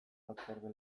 batzorde